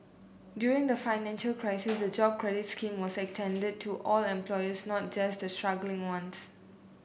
during the financial crisis the Jobs Credit scheme was extended to all employers not just the struggling ones